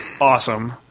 Awesome